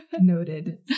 noted